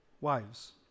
Wives